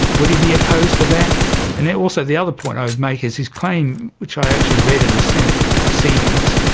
would he be opposed to that? and also the other point i would make is his claim, which i actually read in the senate proceedings,